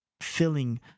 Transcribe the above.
filling